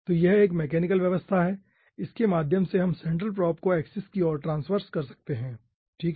तो यह एक मैकेनिकल व्यवस्था है जिसके माध्यम से हम सेंट्रल प्रोब को एक्सिस की ओर ट्रांस्वर्स कर सकते हैं ठीक है